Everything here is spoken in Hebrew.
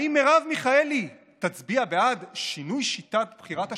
האם מרב מיכאלי תצביע בעד שינוי שיטת בחירת השופטים,